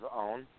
own